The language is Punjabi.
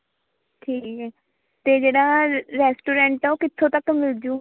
ਠੀਕ ਹੈ ਅਤੇ ਜਿਹੜਾ ਰੈਸਟੋਰੈਂਟ ਹੈ ਉਹ ਕਿੱਥੋਂ ਤੱਕ ਮਿਲਜੂ